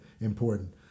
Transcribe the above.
important